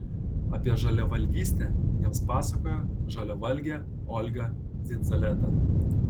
apie žaliavalgystę jiems pasakojo žaliavalgė olga dzindzaleta